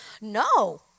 No